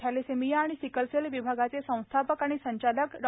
thalassemia आणि sickle cell विभागाचे संस्थापक आणि संचालक डॉ